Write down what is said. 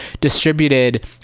distributed